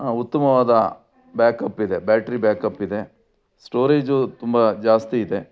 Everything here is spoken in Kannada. ಉತ್ತಮವಾದ ಬ್ಯಾಕಪ್ ಇದೆ ಬ್ಯಾಟ್ರಿ ಬ್ಯಾಕಪ್ ಇದೆ ಸ್ಟೋರೇಜು ತುಂಬ ಜಾಸ್ತಿ ಇದೆ